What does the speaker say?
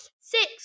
six